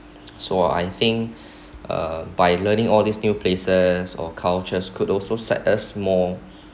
so I think uh by learning all this new places or cultures could also set us more